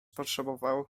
potrzebował